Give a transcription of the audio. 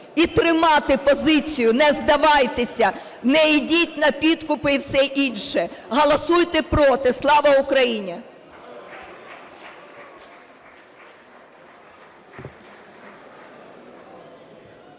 і тримати позицію, не здавайтеся, не йдіть на підкупи і все інше, голосуйте проти. Слава Україні!